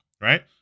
right